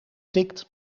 tikt